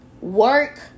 Work